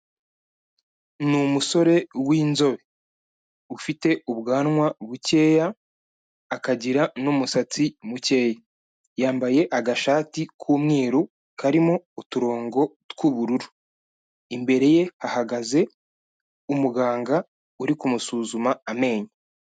Ni umusore w'inzobe. Ufite ubwanwa bukeya, akagira n'umusatsi mukeya. Yambaye agashati k'umweru karimo uturongo tw'ubururu. Imbere ye hahagaze umuganga uri kumusuzuma amenyo.